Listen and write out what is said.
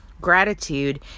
gratitude